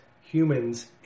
humans